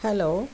hello